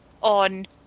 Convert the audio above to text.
On